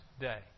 day